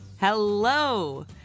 Hello